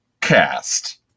cast